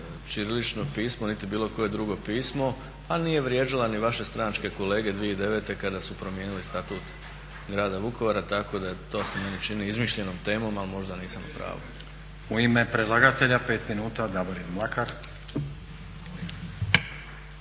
ćirilično pismo niti bilo koje drugo pismo, a nije vrijeđala ni vaše stranačke kolege 2009. kada su promijenili status Grada Vukovara tako da to se meni čini izmišljenom temom, ali možda nisam u pravu. **Stazić, Nenad (SDP)** U ime predlagatelja 5 minuta Davorin Mlakar.